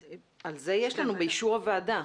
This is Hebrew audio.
על זה יש לנו באישור הוועדה.